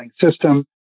system